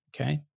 Okay